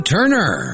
Turner